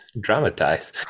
dramatize